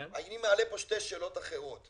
אני מעלה שתי שאלות אחרות.